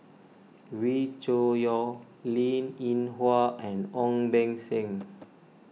Wee Cho Yaw Linn in Hua and Ong Beng Seng